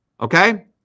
Okay